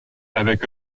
avec